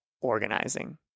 organizing